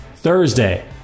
thursday